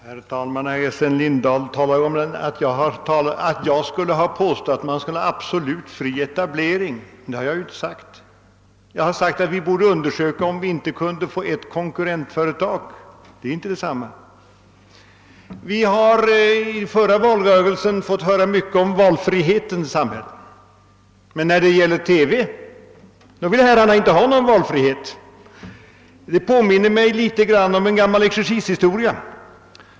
Herr talman! Herr Lindahl sade att jag påstått att vi skulle ha en absolut fri etablering, men det har jag ju inte sagt. Jag har framhållit att vi borde undersöka om vi inte kan få till stånd ett konkurrentföretag, och det är inte samma sak. Under förra valrörelsen fick vi höra mycket om valfrihetens samhälle, men i fråga om TV vill inte herrarna ha någon valfrihet. Det påminner mig litet grand om en gammal exercishistoria.